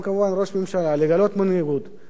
לגלות מנהיגות כלפי הסוגיה הזאת.